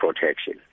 protection